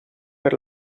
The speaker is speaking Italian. per